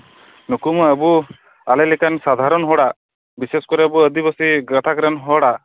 ᱱᱩᱠᱩᱢᱟ ᱟᱵᱚ ᱟᱞᱮ ᱞᱮᱠᱟᱱ ᱥᱟᱫᱷᱟᱨᱚᱱ ᱦᱚᱲᱟᱜ ᱵᱤᱥᱮᱥ ᱠᱚᱨᱮ ᱟᱵᱚ ᱟᱫᱤᱵᱟᱥᱤ ᱜᱟᱛᱟᱠ ᱨᱮᱱ ᱦᱚᱲᱟᱜ